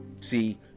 See